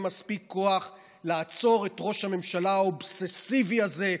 מספיק כוח לעצור את ראש הממשלה האובססיבי הזה,